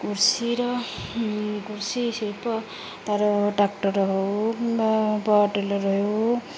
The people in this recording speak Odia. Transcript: କୃଷିର କୃଷି ଶିଳ୍ପ ତାର ଟ୍ରାକ୍ଟର୍ ହଉ କିମ୍ବା ପାୱାର୍ ଟେଲର୍ ହେଉ